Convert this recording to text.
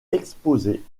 exposés